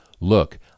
Look